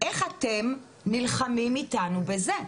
איך אתם נלחמים איתנו בזה?